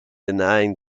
denying